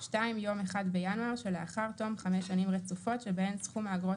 2. יום 1 בינואר של לאחר תום 5 שנים רצופות שבהן סכום האגרות